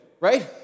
right